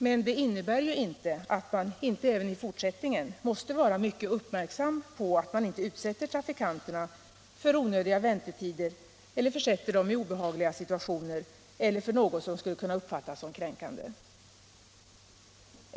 Men det innebär ju inte att man inte även i fortsättningen måste vara mycket uppmärksam på att inte utsätta trafikanterna för onödiga väntetider eller försätter dem i obehagliga situationer eller för något som skulle kunna uppfattas som kränkande.